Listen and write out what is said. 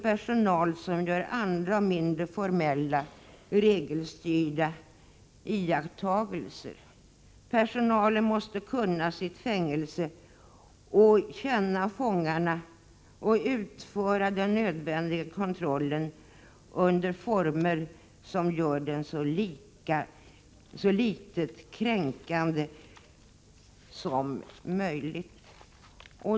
Personalen gör iakttagelser i mindre regelstyrda former. Personalen måste kunna sitt fängelse, känna fångarna och utföra den nödvändiga kontrollen under former som innebär en så litet kränkande kontroll som möjligt.